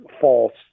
false